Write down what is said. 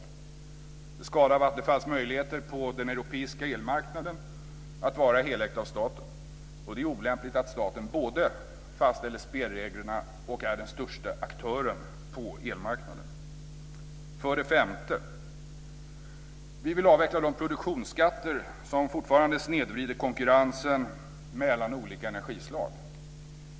Det skadar Vattenfalls möjligheter på den europeiska elmarknaden att vara helägt av staten, och det är olämpligt att staten både fastställer spelreglerna och är den största aktören på elmarknaden. För det femte vill vi avveckla de produktionsskatter som fortfarande snedvrider konkurrensen mellan olika energislag.